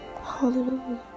Hallelujah